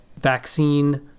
vaccine